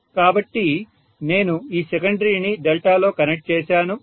కాబట్టి నేను ఈ సెకండరీని డెల్టాలో కనెక్ట్ చేశాను